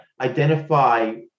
identify